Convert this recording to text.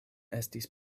estis